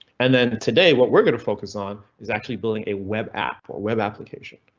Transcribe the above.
and then today, what we're going to focus on is actually building a web app or web application.